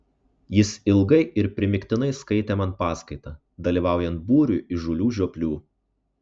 jis ilgai ir primygtinai skaitė man paskaitą dalyvaujant būriui įžūlių žioplių